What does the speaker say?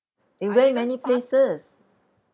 you went many places